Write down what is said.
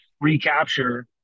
recapture